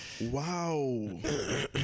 Wow